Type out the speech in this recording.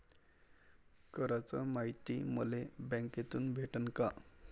कराच मायती मले बँकेतून भेटन का?